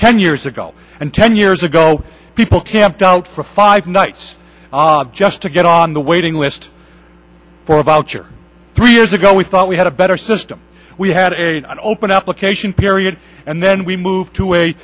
ten years ago and ten years ago people camped out for five nights just to get on the waiting list for a voucher three years ago we thought we had a better system we had an open application period and then we moved to